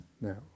No